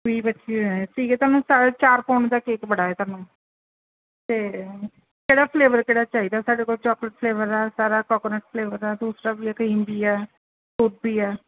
ਵੀਹ ਪੱਚੀ ਹੋ ਜਾਣੇ ਠੀਕ ਆ ਤੁਹਾਨੂੰ ਚਾ ਚਾਰ ਪੌਂਡ ਦਾ ਕੇਕ ਬੜਾ ਹੈ ਤੁਹਾਨੂੰ ਅਤੇ ਕਿਹੜਾ ਫਲੇਵਰ ਕਿਹੜਾ ਚਾਹੀਦਾ ਸਾਡੇ ਕੋਲ ਚੋਕਲੇਟ ਫਲੇਵਰ ਆ ਸਾਰਾ ਕੋਕੋਨਟ ਫਲੇਵਰ ਆ ਦੂਸਰਾ ਵੀ ਆ ਕਰੀਮ ਵੀ ਆ ਫਰੂਟ ਵੀ ਆ